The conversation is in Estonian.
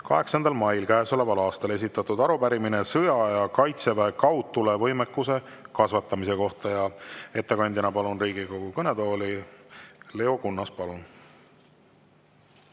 8. mail käesoleval aastal esitatud arupärimine sõjaaja kaitseväe kaudtulevõimekuse kasvatamise kohta. Ettekandjaks palun Riigikogu kõnetooli Leo Kunnase. Palun!